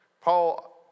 Paul